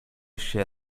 się